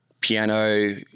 piano